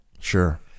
Sure